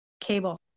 Cable